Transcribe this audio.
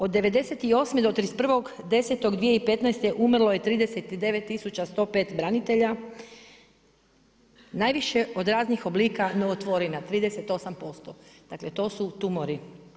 Od '98. do 31.102015. umrlo je 39 105 branitelja najviše od raznih oblika novotvorina, 38%. dakle, to su tumori.